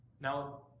Now